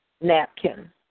napkin